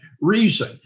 reason